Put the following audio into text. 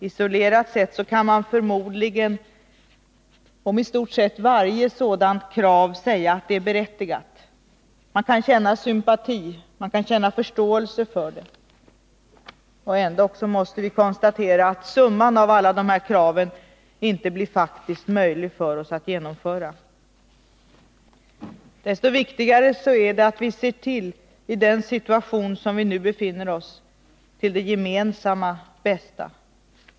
Isolerat kan man förmodligen om i stort sett varje sådant krav säga att det är berättigat. Man kan känna sympati och förståelse för det. Ändock så måste vi konstatera att summan av alla de här kraven inte blir faktiskt möjlig för oss att genomföra. Desto viktigare är det att vi i den situation som vi befinner oss i nu ser till det gemensamma bästa.